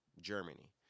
Germany